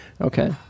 Okay